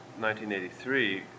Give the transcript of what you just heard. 1983